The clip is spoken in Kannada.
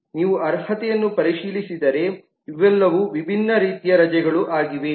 ನೀವು ಅರ್ಹತೆಯನ್ನು ಪರಿಶೀಲಿಸಿದರೆ ಇವೆಲ್ಲವೂ ವಿಭಿನ್ನ ರೀತಿಯ ರಜೆಗಳು ಆಗಿವೆ